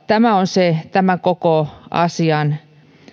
tämä on koko tämän asian